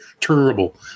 terrible